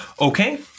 Okay